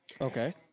Okay